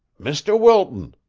mr. wilton!